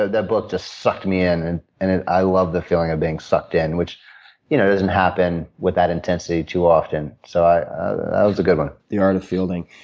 ah that book just sucked me in, and and and i love the feeling of being sucked in, which you know doesn't happen with that intensity too often, so that was a good one. the art of fielding.